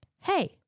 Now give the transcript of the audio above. hey